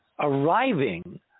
arriving